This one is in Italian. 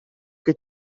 che